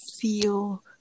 feel